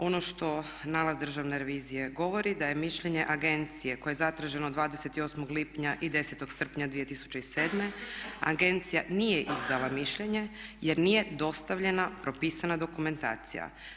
Ono što nalaz Državne revizije govori da je mišljenje agencije koje je zatraženo 28. lipnja i 10. srpnja 2007. agencija nije izdala mišljenje jer nije dostavljena propisana dokumentacija.